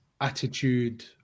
attitude